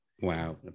Wow